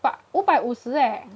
fuck 五百五十 eh